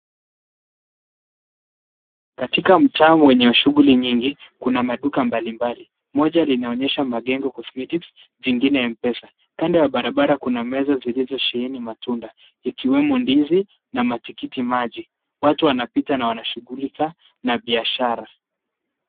Katika mtaa mwenye shughuli nyingi, kuna maduka mbalimbali. Moja linaonyesha Magengo Cosmetics, jingine Mpesa. Kando ya barabara kuna meza zilizosheheni matunda. Ikiwemo ndizi na matikiti maji. Watu wanapita na wanashughulika na biashara.